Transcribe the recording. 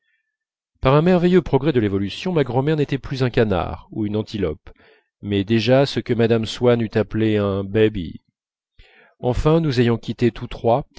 par un merveilleux progrès de l'évolution ma grand'mère n'était plus un canard ou une antilope mais déjà ce que mme swann eût appelé un baby enfin nous ayant quittés tous trois